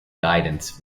guidance